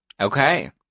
Okay